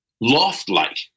loft-like